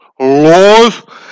laws